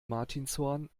martinshorn